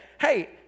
hey